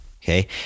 Okay